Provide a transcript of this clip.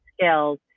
skills